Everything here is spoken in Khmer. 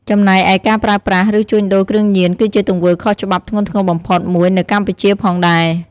ចំណែកឯការប្រើប្រាស់ ឬជួញដូរគ្រឿងញៀនគឺជាទង្វើខុសច្បាប់ធ្ងន់ធ្ងរបំផុតមួយនៅកម្ពុជាផងដែរ។